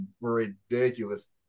ridiculous